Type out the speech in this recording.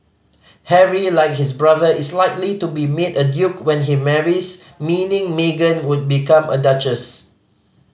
Harry like his brother is likely to be made a duke when he marries meaning Meghan would become a duchess